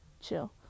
chill